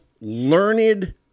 learned